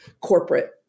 corporate